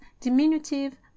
diminutive